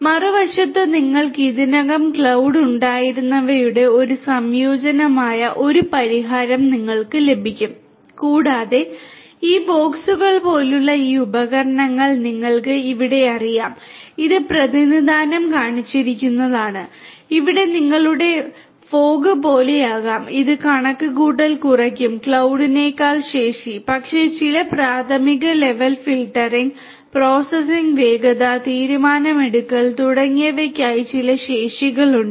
മറുവശത്ത് നിങ്ങൾക്ക് ഇതിനകം ക്ലൌഡ് ഉണ്ടായിരുന്നവയുടെ ഒരു സംയോജനമായ ഒരു പരിഹാരം നിങ്ങൾക്ക് ലഭിക്കും കൂടാതെ ഈ ബോക്സുകൾ പോലുള്ള ഈ ഉപകരണങ്ങൾ നിങ്ങൾക്ക് ഇവിടെ അറിയാം ഇത് പ്രതിനിധാനം കാണിച്ചിരിക്കുന്നതാണ് ഇത് നിങ്ങളുടെ ഫോഗ് പോലെയാകും ഇത് കണക്കുകൂട്ടൽ കുറയ്ക്കും ക്ലൌഡിനേക്കാൾ ശേഷി പക്ഷേ ചില പ്രാഥമിക ലെവൽ ഫിൽട്ടറിംഗ് പ്രോസസ്സിംഗ് വേഗത തീരുമാനമെടുക്കൽ തുടങ്ങിയവയ്ക്കായി ചില ശേഷികൾ ഉണ്ട്